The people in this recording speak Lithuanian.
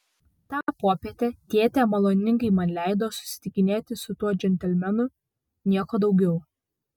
tą popietę tėtė maloningai man leido susitikinėti su tuo džentelmenu nieko daugiau